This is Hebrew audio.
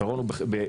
הפתרון הוא בחינוך,